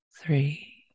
three